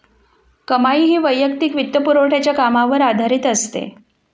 कमाई ही वैयक्तिक वित्तपुरवठ्याच्या कामावर आधारित असते